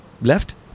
Left